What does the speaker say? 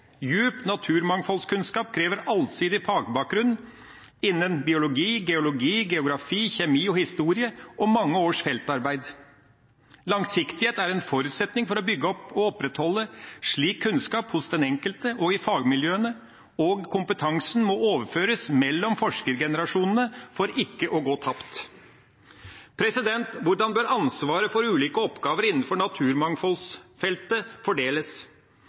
djup naturmangfoldkunnskap krever allsidig fagbakgrunn innen biologi, geologi, geografi, kjemi og historie – og mange års feltarbeid. Langsiktighet er en forutsetning for å bygge opp og opprettholde slik kunnskap hos den enkelte og i fagmiljøene, og kompetansen må overføres mellom forskergenerasjonene for ikke å gå tapt. Hvordan bør ansvaret for ulike oppgaver innenfor naturmangfoldfeltet fordeles?